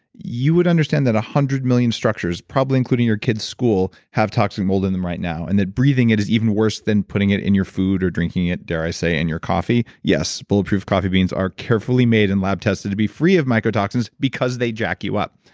you would understand that a hundred million structures, probably including your kids' school, have toxic mold in them right now and breathing it is even worse than putting it in your food or drinking it, dare i say in your coffee. yes, bulletproof coffee beans are carefully made and lab tested to be free of mycotoxins because they jack you up.